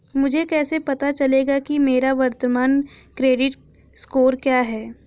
मुझे कैसे पता चलेगा कि मेरा वर्तमान क्रेडिट स्कोर क्या है?